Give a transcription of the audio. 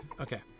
Okay